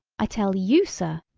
i tell you, sir!